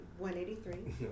183